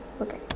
Okay